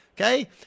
okay